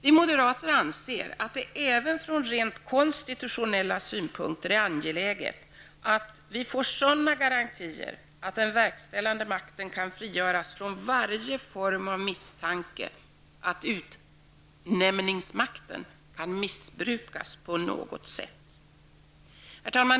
Vi moderater anser att det även ur rent konstitutionella synpunkter är angeläget att vi får sådana garantier att den verkställande makten kan frigöras från varje form av misstanke om att utnämningsmakten kan missbrukas på något sätt.